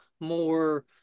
more